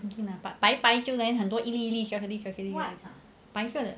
okay lah but 白白就 then 很多小小粒白色的